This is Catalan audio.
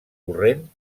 corrent